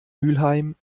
mülheim